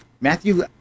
Matthew